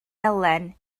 elen